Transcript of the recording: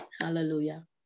Hallelujah